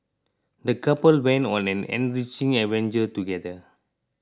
the couple went on an enriching adventure together